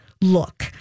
look